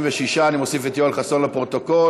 36. אני מוסיף את יואל חסון לפרוטוקול,